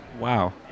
Wow